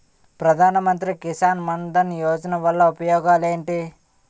ప్రధాన మంత్రి కిసాన్ మన్ ధన్ యోజన వల్ల ఉపయోగాలు ఏంటి?